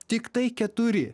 tiktai keturi